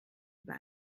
über